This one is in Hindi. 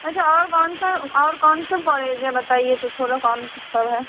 अच्छा और कौनसा और कौनसा कॉलेज है बताइए तो थोड़ा कौन कुछ सब है